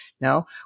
no